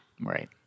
Right